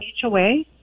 HOA